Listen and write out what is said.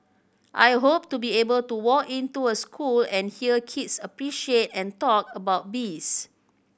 I hope to be able to walk into a school and hear kids appreciate and talk about bees